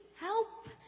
help